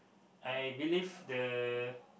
I believe the